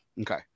Okay